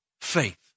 faith